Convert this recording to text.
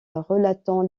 relatant